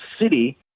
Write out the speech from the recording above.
city